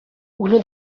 uno